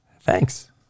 Thanks